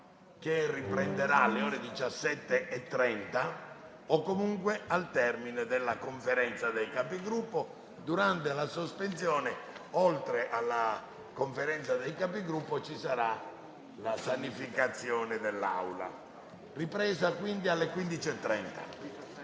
che riprenderà alle ore 17,30 o comunque al termine della Conferenza dei Capigruppo. Durante la sospensione, oltre alla Conferenza dei Capigruppo, ci sarà la sanificazione dell'Aula. La seduta è